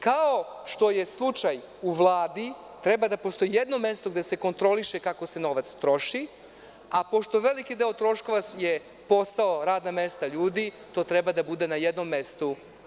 Kao što je slučaj u Vladi, treba da postoji jedno mesto gde se kontroliše kako se novac troši, a pošto je veliki deo troškova posao, radna mesta ljudi, to treba da bude na jednom mestu.